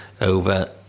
over